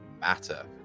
matter